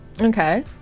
Okay